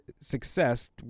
success